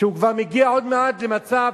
הוא כבר מגיע עוד מעט למצב